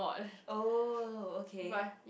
oh okay